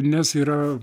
nes yra